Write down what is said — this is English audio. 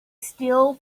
still